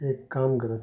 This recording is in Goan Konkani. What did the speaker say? एक काम करात